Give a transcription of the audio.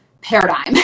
paradigm